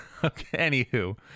Anywho